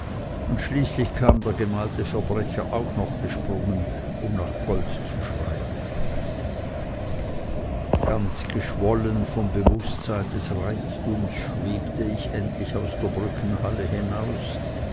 und schließlich kam der gemalte verbrecher auch noch gesprungen um nach gold zu schreien ganz geschwollen vom bewußtsein des reichtums schwebte ich endlich aus der brückenhalle hinaus